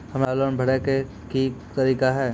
हमरा लोन भरे के की तरीका है?